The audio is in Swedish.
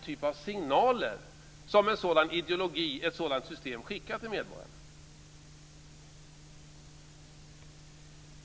Vad skickar en sådan ideologi och ett sådant system för signaler till medborgarna?